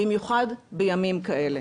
במיוחד בימים כאלה.